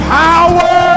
power